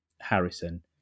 Harrison